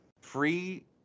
free